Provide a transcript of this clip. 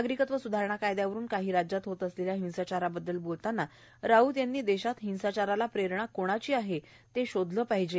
नागरिकत्व स्धारणा कायद्यावरून काही राज्यात होत असलेल्या हिंसाचाराबद्दल बोलताना राऊत यांनी देशात हिंसाचाराला प्रेरणा कोणाची आहे ते शोधले पाहिजे